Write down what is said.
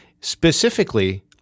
specifically